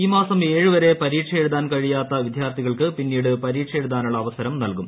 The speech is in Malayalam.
ഈ മാസം ഏഴു വരെ പരീക്ഷയെഴുതാൻ കഴിയാത്ത വിദ്യാർത്ഥികൾക്ക് പിന്നീട് പരീക്ഷയെഴുതാനുള്ള അവസരം നൽകും